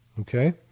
Okay